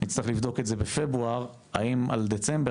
נצטרך לבדוק את זה בפברואר האם על דצמבר